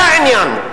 זה העניין.